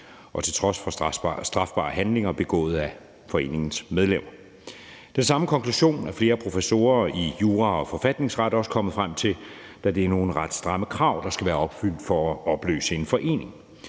og til trods for strafbare handlinger begået af foreningens medlemmer. Den samme konklusion er flere professorer i jura og forfatningsret også kommet frem til, da det er nogle ret stramme krav, der skal være opfyldt for at opløse en forening.